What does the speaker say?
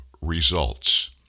results